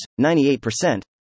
98%